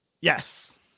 Yes